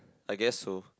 I guess so